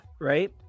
Right